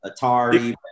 Atari